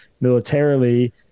militarily